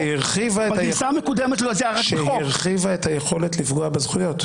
בגרסה המקודמת --- שהרחיבה את היכולת לפגוע בזכויות?